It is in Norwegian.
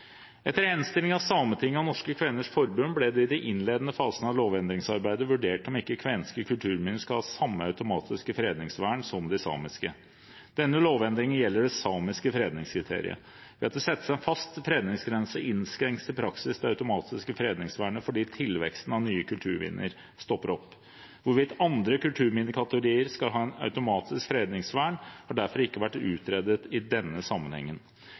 Etter henstilling av Sametinget og Norske Kveners Forbund ble det i de innledende fasene av lovendringsarbeidet vurdert om ikke kvenske kulturminner skal ha samme automatiske fredningsvern som de samiske. Denne lovendringen gjelder det samiske fredningskriteriet. Ved at det settes en fast fredningsgrense, innskrenkes i praksis det automatiske fredningsvernet, fordi tilveksten av nye kulturminner stopper opp. Hvorvidt andre kulturminnekategorier skal ha et automatisk fredningsvern, har derfor ikke vært utredet i denne